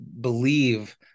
believe